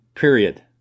Period